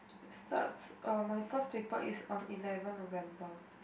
it's starts uh my first paper is on eleven November